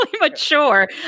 mature